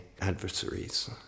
adversaries